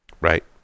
Right